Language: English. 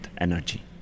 energy